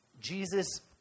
Jesus